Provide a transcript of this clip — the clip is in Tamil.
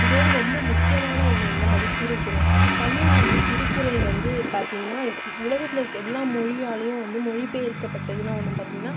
இதோடு ரொம்ப முக்கியமான ஒன்று என்ன என்பது திருக்குறள் தமிழில் வந்து திருக்குறள் வந்து பார்த்தீங்கன்னா உலகத்தில் இருக்கற எல்லா மொழியாலேயும் வந்து மொழி பெயர்க்கப்பட்டதுன்னால் ஒன்று பார்த்தீங்கன்னா